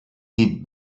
die